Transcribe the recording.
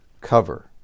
cover